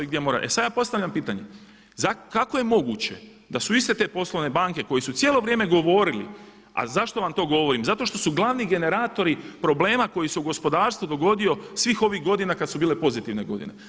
E sada ja postavljam pitanje kako je moguće da su iste te poslovne banke koje su cijelo vrijeme govorili, a zašto vam to govorim, zato što su glavni generatori problema koji se u gospodarstvu dogodio svih ovih godina kada su bile pozitivne godine.